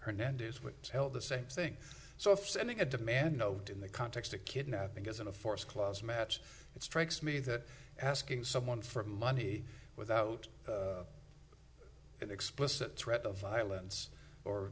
tell the same thing so if sending a demand note in the context of kidnapping isn't a forced close match it strikes me that asking someone for money without an explicit threat of violence or